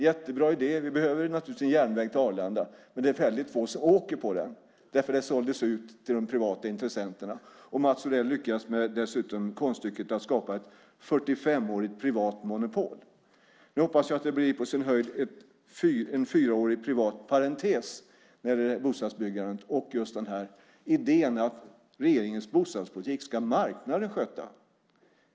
Jättebra idé - vi behövde naturligtvis en järnväg till Arlanda. Men det är väldigt få som åker på den därför att den såldes ut till de privata intressenterna. Mats Odell lyckades dessutom med konststycket att skapa ett 45-årigt privat monopol. Vi hoppas att det blir på sin höjd en fyraårig privat parentes för bostadsbyggandet och idén att regeringens bostadspolitik ska marknaden sköta.